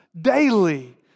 daily